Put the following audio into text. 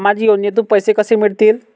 सामाजिक योजनेतून पैसे कसे मिळतील?